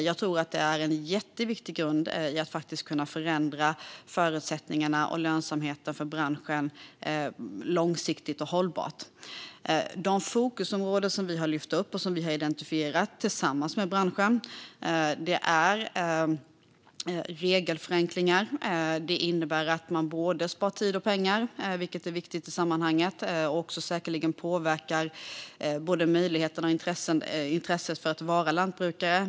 Jag tror att det är en jätteviktig grund för att kunna förändra förutsättningarna och lönsamheten i branschen långsiktigt och hållbart. De fokusområden som vi har lyft upp och identifierat tillsammans med branschen är regelförenklingar. Det innebär att man sparar både tid och pengar, vilket är viktigt i sammanhanget. Det påverkar säkerligen både möjligheterna och intresset för att vara lantbrukare.